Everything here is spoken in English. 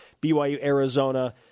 BYU-Arizona